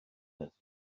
peth